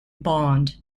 bond